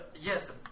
Yes